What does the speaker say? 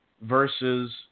versus